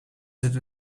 zetten